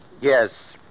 Yes